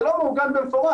עוד לא התחלנו בדיון.